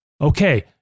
okay